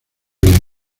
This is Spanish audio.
bien